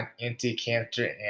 anti-cancer